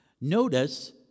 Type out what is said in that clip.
Notice